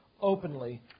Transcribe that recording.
openly